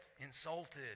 insulted